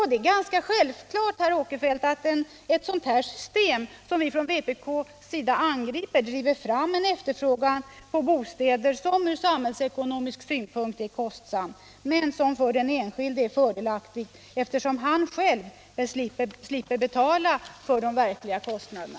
Det är alldeles självklart, herr Åkerfeldt, att ett sådant system, som vi från vpk:s sida angriper, driver fram en efterfrågan på bostäder som ur samhällsekonomisk synpunkt är kostsam men som för den enskilde är fördelaktig, eftersom han själv slipper betala de verkliga kostnaderna.